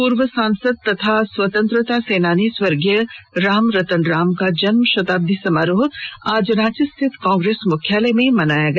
पूर्व सांसद और स्वतंत्रता सेनानी स्वर्गीय रामरतन राम का जन्म शताब्दी समारोह आज रांची स्थित कांग्रेस मुख्यालय में मनाया गया